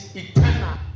eternal